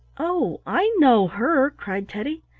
oh, i know her! cried teddy.